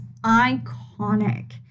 iconic